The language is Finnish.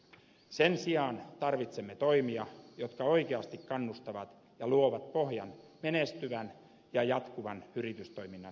sen sijaan tarvitsemme toimia jotka oikeasti kannustavat ja luovat pohjan menestyvän ja jatkuvan yritystoiminnan syntymiseen